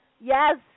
yes